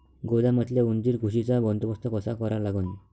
गोदामातल्या उंदीर, घुशीचा बंदोबस्त कसा करा लागन?